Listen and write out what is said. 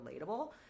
relatable